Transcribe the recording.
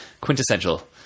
quintessential